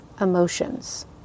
emotions